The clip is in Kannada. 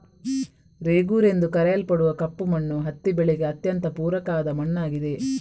ರೇಗೂರ್ ಎಂದು ಕರೆಯಲ್ಪಡುವ ಕಪ್ಪು ಮಣ್ಣು ಹತ್ತಿ ಬೆಳೆಗೆ ಅತ್ಯಂತ ಪೂರಕ ಆದ ಮಣ್ಣಾಗಿದೆ